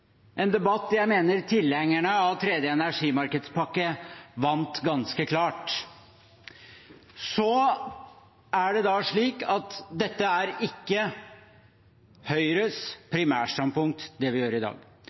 en debatt jeg mener tilhengerne av tredje energimarkedspakke vant ganske klart. Så er det slik at det vi gjør i dag,